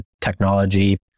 technology